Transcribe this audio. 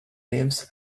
lives